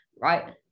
right